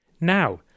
Now